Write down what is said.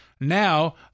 Now